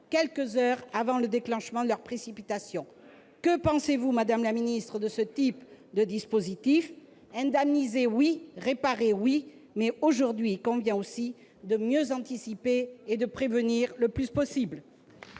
quelques heures avant le déclenchement de leur précipitation. Que pensez-vous, madame la ministre, de ce type de dispositif ? Indemniser, oui ! Réparer, oui ! Mais, aujourd'hui, il convient aussi de mieux anticiper et de prévenir le plus possible